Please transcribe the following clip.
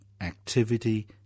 Activity